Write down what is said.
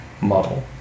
model